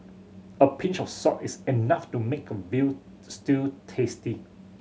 a pinch of salt is enough to make a veal stew tasty